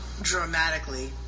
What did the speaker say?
dramatically